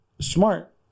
smart